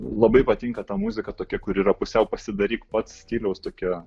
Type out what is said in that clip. labai patinka ta muzika tokia kuri yra pusiau pasidaryk pats stiliaus tokia